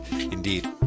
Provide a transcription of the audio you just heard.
indeed